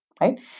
right